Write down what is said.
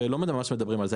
ולא ממש מדברים על זה.